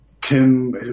Tim